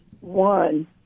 One